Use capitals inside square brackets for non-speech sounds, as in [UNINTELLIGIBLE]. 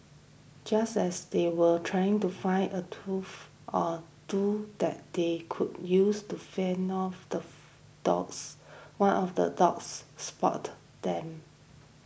just as they were trying to find a [UNINTELLIGIBLE] or two that they could use to fend off the [NOISE] dogs one of the dogs spotted them